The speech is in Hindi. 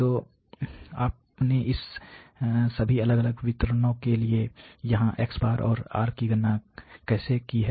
तो आपने इन सभी अलग अलग वितरणों के लिए यहां x और R की गणना कैसे की है